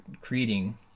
creating